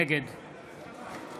נגד